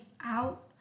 out